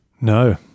No